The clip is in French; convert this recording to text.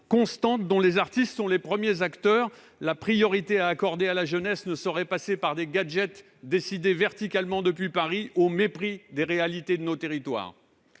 constante, dont les artistes sont les premiers acteurs. La priorité à accorder à la jeunesse ne saurait passer par des gadgets décidés verticalement depuis Paris, au mépris des réalités de nos territoires.